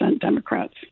Democrats